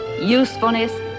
usefulness